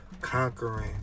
Conquering